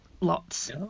lots